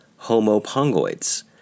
homopongoids